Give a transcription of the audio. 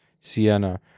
Sienna